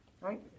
right